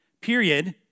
period